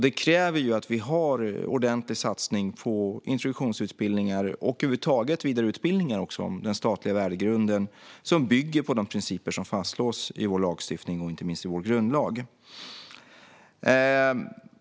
Detta kräver att vi gör en ordentlig satsning på introduktionsutbildningar och över huvud taget vidareutbildningar om den statliga värdegrunden, som bygger på de principer som fastslås i vår lagstiftning och inte minst i vår grundlag.